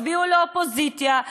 תצביעו לאופוזיציה,